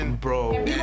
Bro